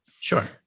Sure